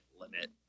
limit